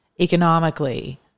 economically